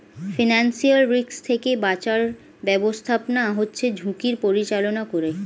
financial risk থেকে বাঁচার ব্যাবস্থাপনা হচ্ছে ঝুঁকির পরিচালনা করে